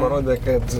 parodė kad